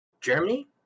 Germany